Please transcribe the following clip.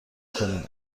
کنیم